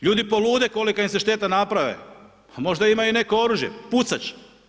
Ljudi polude kolika im se šteta naprave, pa možda imaju i neko oružje, pucat će.